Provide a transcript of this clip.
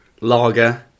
Lager